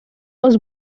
was